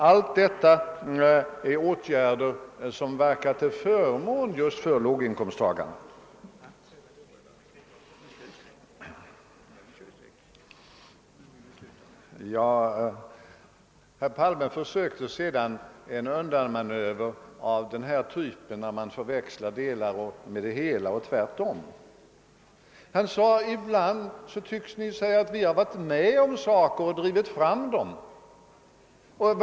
Allt detta är förmåner som verkar till förmån just för låginkomsttagarna. Herr Palme försökte sedan en undanmanöver av den typen då man förväxiar delar med det hela och tvärtom. Han sade: »Ibland tycks ni säga att ni har varit med om saker och ting och drivit fram dem.